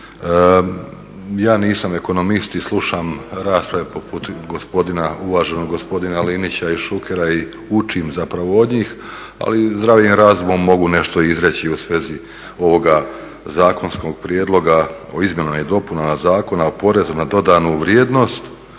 Ja nisam ekonomist i slušam rasprave poput uvaženog gospodina Linića i Šukera i učim zapravo od njih, ali zdravim razumom mogu nešto izreći u svezi ovoga zakonskog prijedloga o izmjenama i dopunama Zakona o porezu na dodanu vrijednost